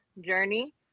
Journey